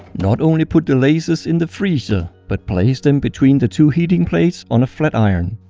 not only put the lasers in the freezer but place them between the two heating plates on a flat iron.